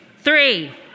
three